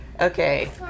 Okay